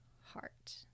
heart